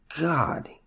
God